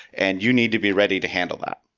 and you need to be ready to handle that.